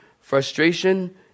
Frustration